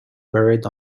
buried